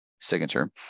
signature